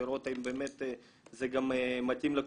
לראות אם זה מתאים לקבוצות,